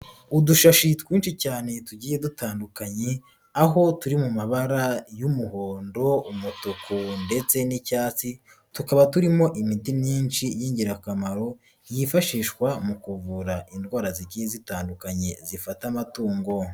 Udushashi twinshi cyane tugiye dutandukanye, aho turi mu mabara y'umuhondo, umutuku ndetse n'icyatsi, tukaba turimo imiti myinshi y'ingirakamaro, yifashishwa mu kuvura indwara zigiye zitandukanye zifata amatungo.